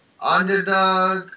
underdog